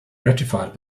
ratified